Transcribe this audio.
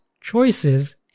choices